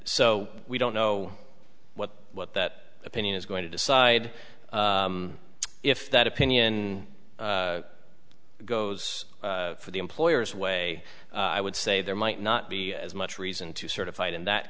so we don't know what what that opinion is going to decide if that opinion goes for the employers way i would say there might not be as much reason to certify it in that